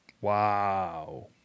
Wow